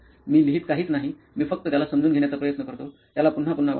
मी लिहीत काहीच नाही मी फक्त त्याला समजून घेण्याचा प्रयत्न करतो त्याला पुन्हा पुन्हा वाचतो